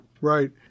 Right